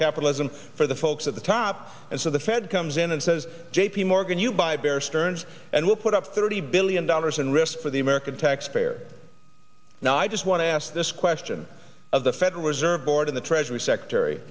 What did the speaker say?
capitalism for the folks at the top and so the fed comes in and says j p morgan you buy bear stearns and we'll put up thirty billion dollars and risk for the american taxpayer now i just want to ask this question of the federal reserve board of the treasury secretary